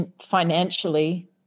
financially